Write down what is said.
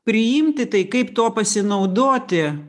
priimti tai kaip tuo pasinaudoti